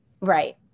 Right